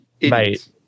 Mate